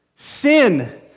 Sin